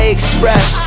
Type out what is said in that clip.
express